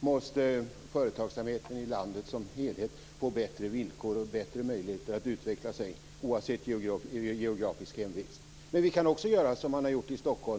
Fru talman! Visst måste företagsamheten i landet som helhet få bättre villkor och bättre möjligheter att utveckla sig, oavsett geografisk hemvist. Men vi kan också göra som man har gjort i Stockholm.